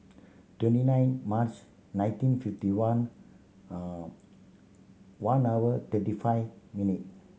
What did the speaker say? twenty nine March nineteen fifty one one hour thirty five minute